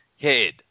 head